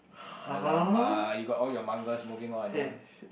!alamak! you got all your mangas moving on I don't want